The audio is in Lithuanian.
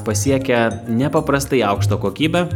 pasiekia nepaprastai aukštą kokybę